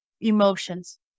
emotions